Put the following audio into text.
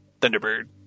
Thunderbird